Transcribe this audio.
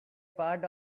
part